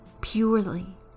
purely